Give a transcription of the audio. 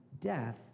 death